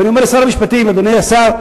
ואני אומר לשר המשפטים: אדוני השר,